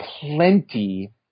plenty